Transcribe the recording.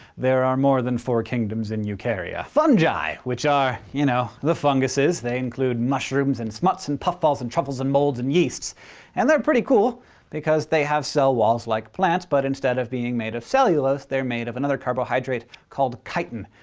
there are more than four kingdoms in eukarya. fungi, which are, you know the funguses. they include mushrooms, and smuts, and puffballs, and truffles, molds, and yeasts and they're pretty cool because they have cell walls like plants, but instead of being made of cellulose, they're made of another carbohydrate called chitin,